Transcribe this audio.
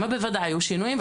שם בוודאי היו שינויים.